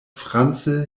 france